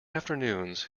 afternoons